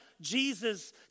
Jesus